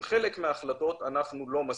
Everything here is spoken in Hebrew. עם חלק מההחלטות אנחנו לא מסכימים,